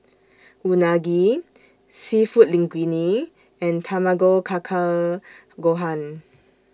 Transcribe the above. Unagi Seafood Linguine and Tamago Kake Gohan